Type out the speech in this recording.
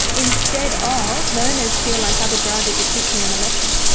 instead of learners feel like other drivers are teaching them a lesson.